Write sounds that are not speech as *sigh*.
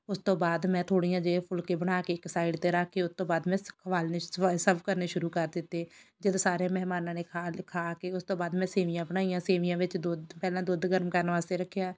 ਉਸ ਤੋਂ ਬਾਅਦ ਮੈਂ ਥੋੜ੍ਹੀਆਂ ਜਿਹੇ ਫੁਲਕੇ ਬਣਾ ਕੇ ਇੱਕ ਸਾਈਡ 'ਤੇ ਰੱਖ ਕੇ ਉਹਤੋਂ ਬਾਅਦ ਮੈਂ *unintelligible* ਸਰਵ ਕਰਨੇ ਸ਼ੁਰੂ ਕਰ ਦਿੱਤੇ ਜਦੋਂ ਸਾਰੇ ਮਹਿਮਾਨਾਂ ਨੇ ਖਾ ਖਾ ਕੇ ਉਸ ਤੋਂ ਬਾਅਦ ਮੈਂ ਸੇਵੀਆਂ ਬਣਾਈਆਂ ਸੇਵੀਆਂ ਵਿੱਚ ਦੁੱਧ ਪਹਿਲਾਂ ਦੁੱਧ ਗਰਮ ਕਰਨ ਵਾਸਤੇ ਰੱਖਿਆ